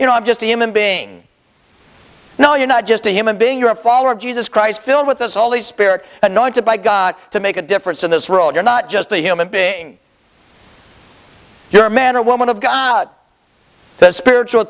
you know i'm just a human being no you're not just a human being you're a follower of jesus christ filled with this holy spirit anointed by god to make a difference in this world you're not just a human being you're a man or woman of god the spiritual